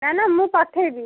ନା ନା ମୁଁ ପଠେଇବି